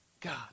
God